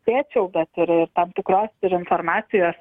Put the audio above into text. spėčiau bet ir ir tam tikros ir informacijos